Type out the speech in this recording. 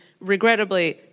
regrettably